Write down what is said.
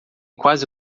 quase